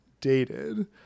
dated